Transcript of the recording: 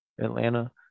Atlanta